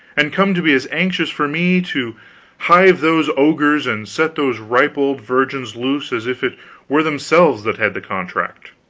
and come to be as anxious for me to hive those ogres and set those ripe old virgins loose as if it were themselves that had the contract.